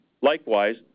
Likewise